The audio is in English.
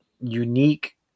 unique